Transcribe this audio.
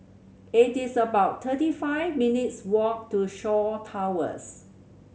it is about thirty five minutes walk to Shaw Towers